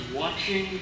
watching